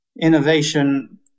innovation